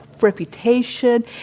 reputation